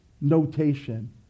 notation